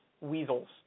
weasels